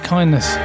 Kindness